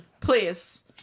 Please